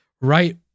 right